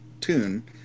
tune